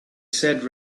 said